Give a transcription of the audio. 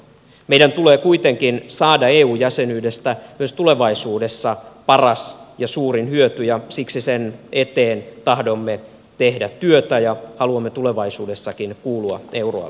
meidän tulee kuitenkin saada eu jäsenyydestä myös tulevaisuudessa paras ja suurin hyöty ja siksi sen eteen tahdomme tehdä työtä ja haluamme tulevaisuudessakin kuulua euroalueeseen